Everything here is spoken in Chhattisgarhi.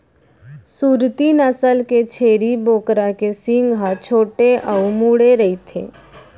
सूरती नसल के छेरी बोकरा के सींग ह छोटे अउ मुड़े रइथे